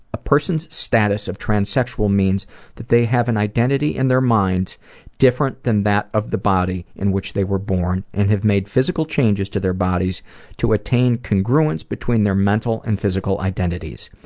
a person's status of transsexual means that they have an identity in their mind different than that of the body in which they were born and have made physical changes to their bodies to attain congruence between their mental and physical identities.